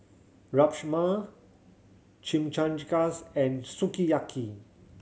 Rajma and Sukiyaki